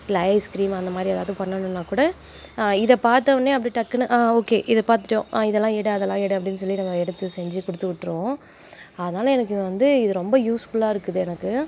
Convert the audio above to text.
இல்லை ice cream அந்த மாதிரி எதாவது பண்ணணுன்னால்கூட இதை பார்த்தவோன்னே அப்படியே டக்குன்னு ஆ ஓகே இதை பார்த்துட்டோம் ஆ இதெல்லாம் எடு அதெல்லாம் எடு அப்படின்னு சொல்லி நாங்கள் எடுத்து செஞ்சுக் கொடுத்து விட்ருவோம் அதனால் எனக்கு இது வந்து ரொம்ப யூஸ்ஃபுல்லாக இருக்குது எனக்கு